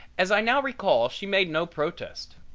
as i now recall she made no protest.